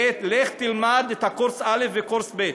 ולך תלמד את קורס א' וקורס ב'.